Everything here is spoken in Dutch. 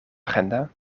agenda